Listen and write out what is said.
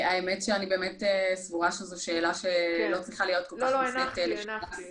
אני באמת סבורה שזו שאלה שלא צריכה כל כך להיות מופנית לשב"ס.